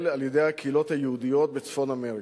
על-ידי הקהילות היהודיות בצפון-אמריקה,